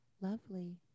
lovely